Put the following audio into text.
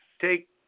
take